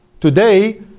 Today